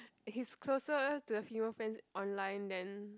he's closer to the female friends online than